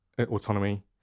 autonomy